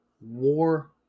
war